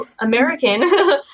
American